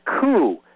coup